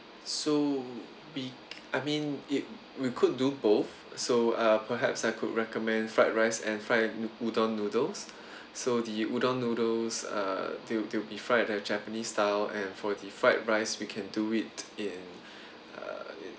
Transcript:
so ve~ I mean it we could do both so uh perhaps I could recommend fried rice and fried udon noodles so the udon noodles uh they'll they'll be fried like japanese style and for the fried rice we can do it in uh